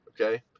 Okay